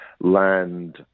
land